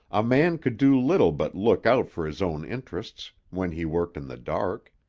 a man could do little but look out for his own interests, when he worked in the dark.